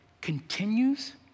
continues